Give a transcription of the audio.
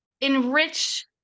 enrich